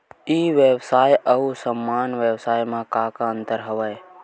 ई व्यवसाय आऊ सामान्य व्यवसाय म का का अंतर हवय?